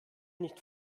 nicht